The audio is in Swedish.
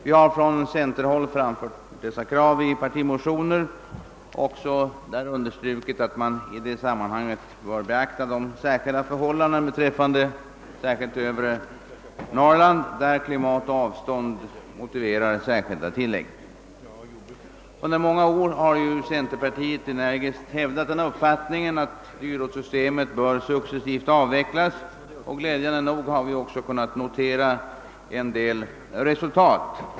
Vi har från centerpartihåll framfört detta krav i motioner och där även understrukit att man i sammanhanget bör beakta de speciella förhållandena beträffande främst övre Norrland där klimat och avstånd motiverar särskilda tillägg. Under många år har ju centerpartiet energiskt hävdat den uppfattningen att dyrortssystemet bör successivt avvecklas, och glädjande nog har vi också kunnat notera en del resultat.